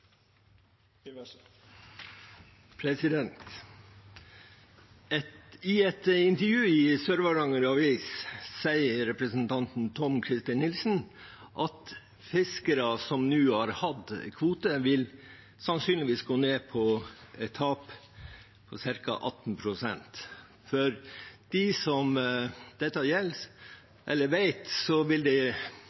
I et intervju i Sør-Varanger Avis sier representanten Tom-Christer Nilsen at fiskere som nå har hatt kvote, sannsynligvis vil gå med et tap på ca. 18 pst. For dem som vet dette,